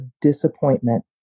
disappointment